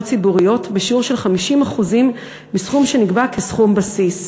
ציבוריות בשיעור של 50% בסכום שנקבע כסכום בסיס.